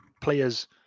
players